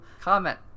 comment